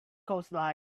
coastline